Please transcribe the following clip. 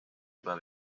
juba